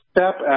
Step